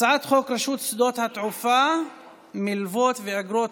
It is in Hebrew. הצעת חוק רשות שדות התעופה (מלוות ואיגרות